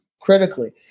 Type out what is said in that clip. critically